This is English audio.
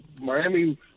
Miami